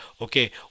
okay